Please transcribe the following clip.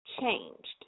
changed